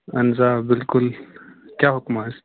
اَہَن حظ آ بِلکُل کیٛاہ حُکما حظ